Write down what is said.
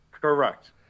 Correct